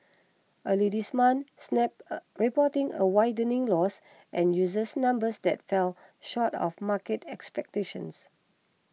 early this month Snap reporting a widening loss and user numbers that fell short of market expectations